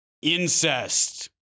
Incest